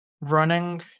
running